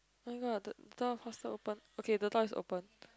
oh-my-god the the faster open okay the door is open